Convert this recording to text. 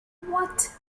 what